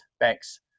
Thanks